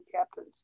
captains